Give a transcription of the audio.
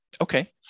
Okay